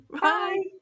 Bye